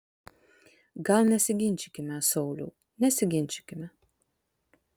gal nesiginčykime sauliau nesiginčykime